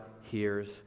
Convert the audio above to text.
hears